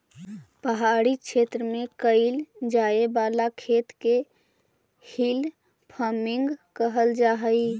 पहाड़ी क्षेत्र में कैइल जाए वाला खेत के हिल फार्मिंग कहल जा हई